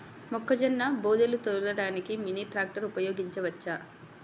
మొక్కజొన్న బోదెలు తోలడానికి మినీ ట్రాక్టర్ ఉపయోగించవచ్చా?